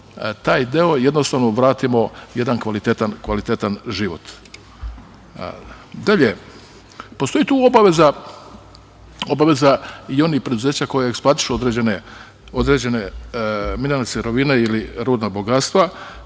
taj deo jednostavno vratimo jedan kvalitetan život. Dalje, postoji tu obaveza, obaveza i onih preduzeća koja eksploatišu određene mineralne sirovine ili rudna bogatstva